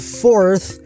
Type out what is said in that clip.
fourth